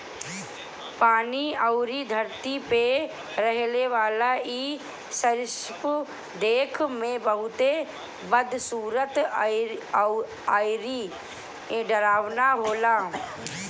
पानी अउरी धरती पे रहेवाला इ सरीसृप देखे में बहुते बदसूरत अउरी डरावना होला